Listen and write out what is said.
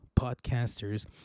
podcasters